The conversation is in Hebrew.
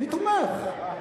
אני תומך.